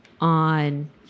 on